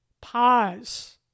Pause